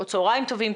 צוהריים טובים,